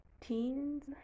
teens